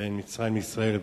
בין מצרים לישראל.